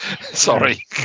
sorry